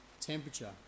temperature